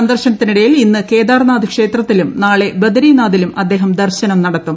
സന്ദർശനത്തിനിടയിൽ ഇന്ന് കേദാർനാഥ് ക്ഷേത്രത്തിലും നാളെ ബദരീനാഥിലും അദ്ദേഹം ദർശനം നടത്തും